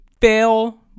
fail